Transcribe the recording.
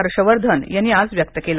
हर्ष वर्धन यांनी आज व्यक्त केला